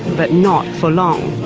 but not for long.